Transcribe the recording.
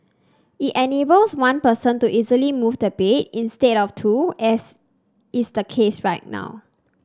it enables one person to easily move the bed instead of two as is the case right now